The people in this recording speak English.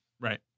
Right